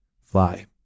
fly